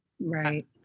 Right